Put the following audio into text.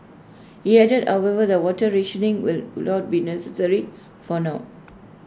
he added however the water rationing will not be necessary for now